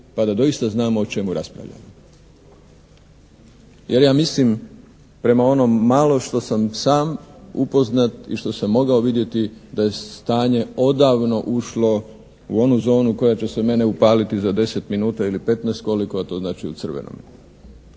pa da doista znamo o čemu raspravljamo, jer ja mislim prema onom malo što sam sam upoznat i što sam mogao vidjeti da je stanje odavno ušlo u onu zonu koja će se mene upaliti za 10 minuta ili 15 koliko je to znači u crvenom.